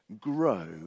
Grow